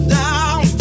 down